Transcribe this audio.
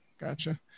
Gotcha